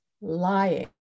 lying